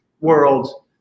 world